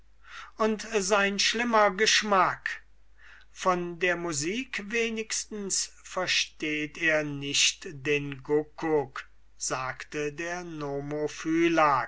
und sein schlimmer geschmack von der musik wenigstens versteht er nicht den guguck sagte der